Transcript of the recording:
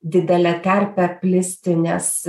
didelę terpę plisti nes